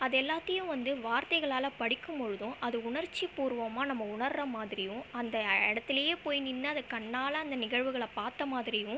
அது எல்லாத்தையும் வந்து வார்தைகளால் படிக்கும் பொழுதும் அது உணர்ச்சி பூர்வமாக நம்ம உணர்ற மாதிரியும் அந்த இடத்துலயே போய் நின்று அதை கண்ணால் அந்த நிகழ்வுகளை பார்த்த மாதிரியும்